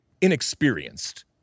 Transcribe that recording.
inexperienced